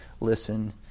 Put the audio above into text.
listen